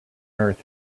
earth